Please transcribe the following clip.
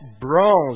bronze